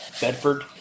Bedford